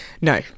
No